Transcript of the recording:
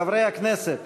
חברי הכנסת,